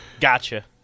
gotcha